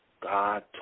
God